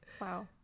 Wow